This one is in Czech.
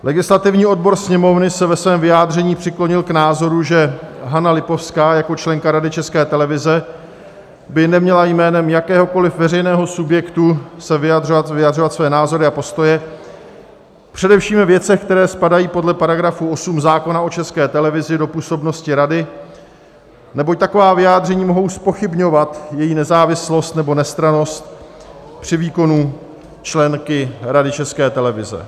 Legislativní odbor Sněmovny se ve svém vyjádření přiklonil k názoru, že Hana Lipovská jako členka Rady České televize by neměla jménem jakéhokoliv veřejného subjektu vyjadřovat své názory a postoje především ve věcech, které spadají podle § 8 zákona o České televize do působnosti rady, neboť taková vyjádření mohou zpochybňovat její nezávislost nebo nestrannost při výkonu členky Rady České televize.